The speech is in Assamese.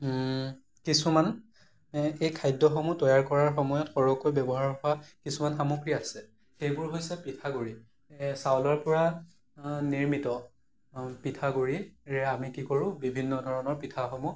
কিছুমান এই খাদ্যসমূহ তৈয়াৰ কৰাৰ সময়ত সৰহকৈ ব্যৱহাৰ হোৱা কিছুমান সামগ্ৰী আছে সেইবোৰ হৈছে পিঠাগুড়ি চাউলৰ পৰা নিৰ্মিত পিঠাগুড়িৰে আমি কি কৰোঁ বিভিন্ন ধৰণৰ পিঠাসমূহ